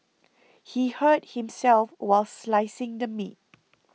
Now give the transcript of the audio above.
he hurt himself while slicing the meat